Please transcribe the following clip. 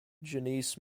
janice